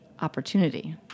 opportunity